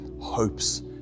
hopes